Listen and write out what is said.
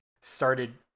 started